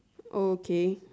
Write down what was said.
okay